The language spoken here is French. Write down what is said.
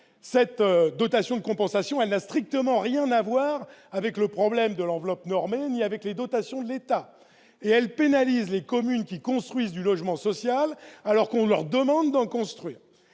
Cette dotation de compensation n'a strictement rien à voir ni avec le problème de l'enveloppe normée ni avec les dotations de l'État et pénalise les communes qui construisent du logement social, alors même qu'on leur demande de le faire.